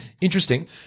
interesting